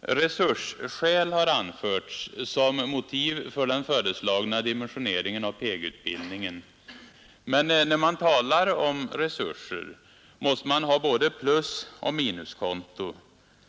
Resursskäl har anförts som motiv för den föreslagna dimensioneringen av PEG-utbildningen. Men när man talar om resurser måste man ha både plusoch minuskonto.